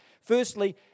Firstly